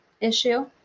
issue